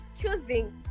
choosing